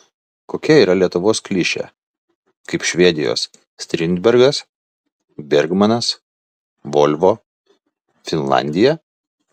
kokia yra lietuvos klišė kaip švedijos strindbergas bergmanas volvo finlandija